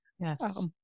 Yes